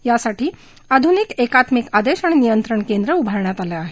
यासाठी आधुनिक एकात्मिक आदेश आणि नियंत्रण केंद्र उभारण्यात आलं आहे